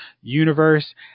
universe